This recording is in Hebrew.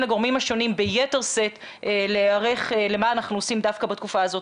לגורמים השונים להיערך למה אנחנו עושים דווקא בתקופה הזאת.